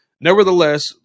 nevertheless